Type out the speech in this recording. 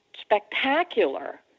spectacular